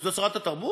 זאת שרת התרבות?